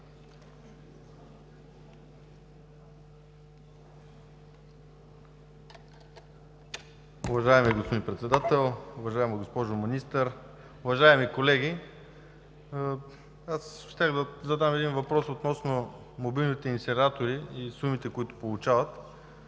господин Председател, уважаема госпожо Министър, уважаеми колеги! Аз щях да задам въпрос относно мобилните инсинератори и сумите, които получават.